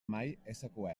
mysql